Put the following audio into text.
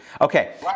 Okay